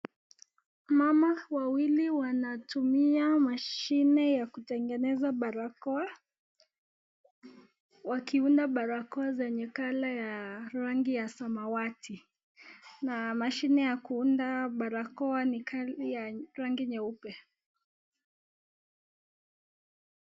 Mama wawili wanatumia mashine ya kutengeneza barakoa wakiunda barakoa zao zenye rangi ya kalaa ya samawati na mashine ya kuunda barakoa ni ya rangi nyeupe.